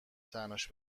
تنهاش